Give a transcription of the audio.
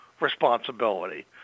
responsibility